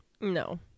No